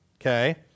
Okay